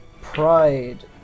Pride